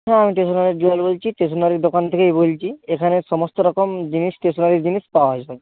হ্যাঁ আমি স্টেশনারি দোকান বলছি স্টেশনারি দোকান থেকেই বলছি এখানে সমস্ত রকম জিনিস স্টেশনারি জিনিস পাওয়া যায়